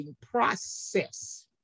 process